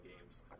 games